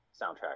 soundtrack